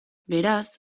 beraz